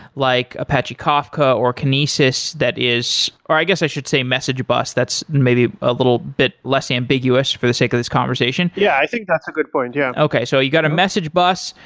like apache kafka or kinesis that is or i guess i should say message bus that's maybe a little bit less ambiguous for the sake of this conversation yeah. i think that's a good point. yeah and so you got a message bus,